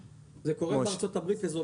בארצות הברית כמו שנאמר פה,